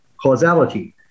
causality